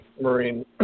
marine